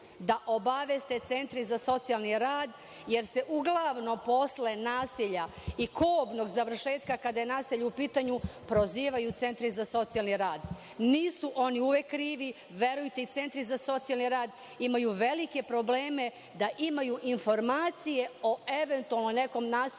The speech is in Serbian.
da obaveste centre za socijalni rad, jer se uglavnom posle nasilja i kobnog završetka, kada je nasilje u pitanju, prozivaju centri za socijalni rad. Nisu oni uvek krivi. Verujte, centri za socijalni rad imaju velike probleme da imaju informacije o eventualno nekom nasilju